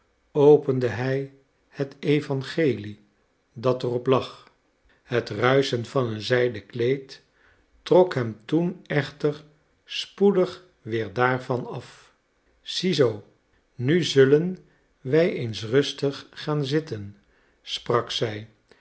opende hij het evangelie dat er op lag het ruischen van een zijden kleed trok hem toen echter spoedig weer daarvan af ziezoo nu zullen wij eens rustig gaan zitten sprak zij